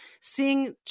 seeing